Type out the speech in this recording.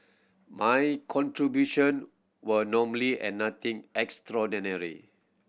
my contribution were normally and nothing extraordinary